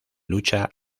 lucha